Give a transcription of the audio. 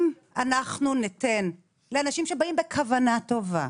אם אנחנו ניתן לאנשים שבאים בכוונה טובה,